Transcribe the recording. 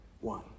one